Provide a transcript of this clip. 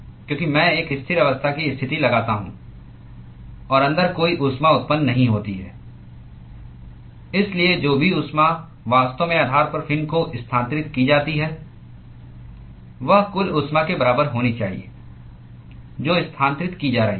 क्योंकि मैं एक स्थिर अवस्था की स्थिति लगाता हूं और अंदर कोई ऊष्मा उत्पन्न नहीं होती है इसलिए जो भी ऊष्मा वास्तव में आधार पर फिन को स्थानांतरित की जाती है वह कुल ऊष्मा के बराबर होनी चाहिए जो स्थानांतरित की जा रही है